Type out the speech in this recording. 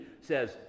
says